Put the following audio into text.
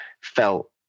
felt